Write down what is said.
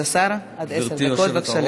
כבוד השר, עד עשר דקות לרשותך.